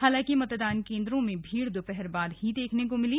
हालांकि मतदान केंद्रों में भीड़ दोपहर बाद ही देखने को मिली